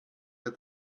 wir